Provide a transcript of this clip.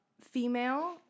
female